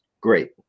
great